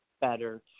better